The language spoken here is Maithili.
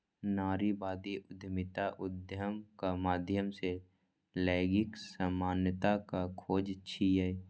नारीवादी उद्यमिता उद्यमक माध्यम सं लैंगिक समानताक खोज छियै